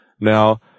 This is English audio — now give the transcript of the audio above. Now